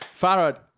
farad